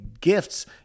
gifts